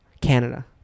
Canada